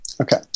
Okay